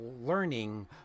learning